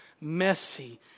messy